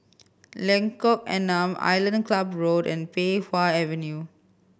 Lengkok Enam Island Club Road and Pei Wah Avenue